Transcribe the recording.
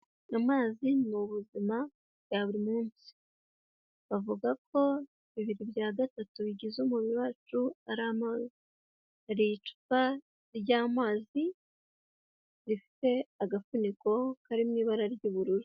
Amazi ni ubuzima bwa buri munsi, bavuga ko bibiri bya gatatu bigize umubiri wacu, hari icupa ry'amazi rifite agafuniko karirimo ibara ry'ubururu.